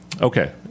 okay